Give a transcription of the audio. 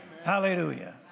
Hallelujah